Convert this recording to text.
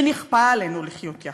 שנכפה עלינו לחיות יחד,